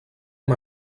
amb